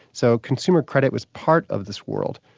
so consumer credit was part of this world,